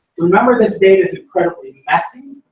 remember this data's incredibly messy,